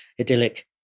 idyllic